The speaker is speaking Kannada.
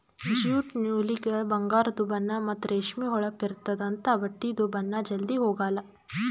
ಜ್ಯೂಟ್ ನೂಲಿಗ ಬಂಗಾರದು ಬಣ್ಣಾ ಮತ್ತ್ ರೇಷ್ಮಿ ಹೊಳಪ್ ಇರ್ತ್ತದ ಅಂಥಾ ಬಟ್ಟಿದು ಬಣ್ಣಾ ಜಲ್ಧಿ ಹೊಗಾಲ್